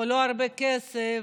או לא הרבה כסף.